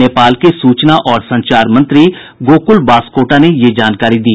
नेपाल के सूचना और संचार मंत्री गोकुल बास्कोटा ने ये जानकारी दी